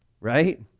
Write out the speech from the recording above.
right